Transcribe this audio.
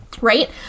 right